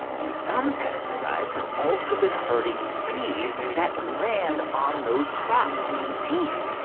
some pesticides have also been hurting bees that land on those crops man,